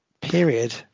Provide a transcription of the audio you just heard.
Period